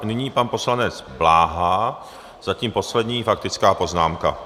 Nyní pan poslanec Bláha, zatím poslední faktická poznámka.